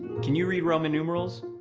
can you read roman numerals?